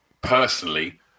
personally